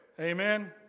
Amen